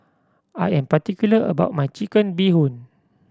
I am particular about my Chicken Bee Hoon